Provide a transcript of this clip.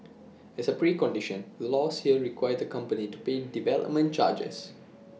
as A precondition the laws here require the company to pay development charges